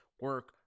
Work